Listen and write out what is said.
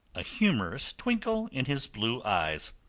a humourous twinkle in his blue eyes.